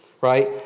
right